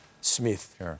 Smith